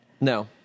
No